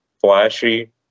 flashy